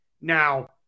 now